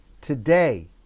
today